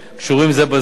קשורים זה בזה,